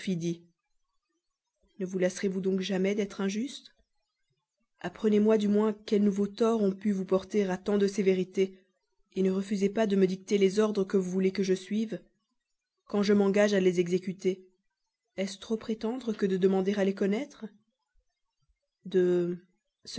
ne vous lasserez vous donc jamais d'être injuste apprenez-moi du moins quels nouveaux torts ont pu vous porter à tant de sévérité ne refusez pas de me dicter les ordres que vous voulez que je suive quand je m'engage à les exécuter est-ce trop prétendre que de demander à les connaître